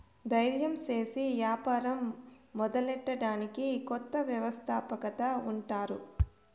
దయిర్యం సేసి యాపారం మొదలెట్టడాన్ని కొత్త వ్యవస్థాపకత అంటారు